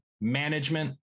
management